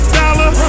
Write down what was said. dollar